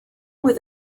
with